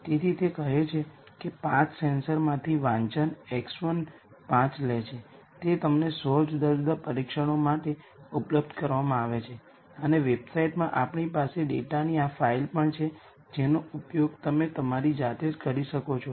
તેથી તે કહે છે કે પાંચ સેન્સર માંથી વાંચે છે x1 પાંચ લે છે તે તમને 100 જુદા જુદા પરીક્ષણો માટે ઉપલબ્ધ કરાવવામાં આવે છે અને વેબસાઇટમાં આપણી પાસે ડેટાની આ ફાઇલ પણ છે જેનો ઉપયોગ તમે તમારી જાતે જ કરી શકો છો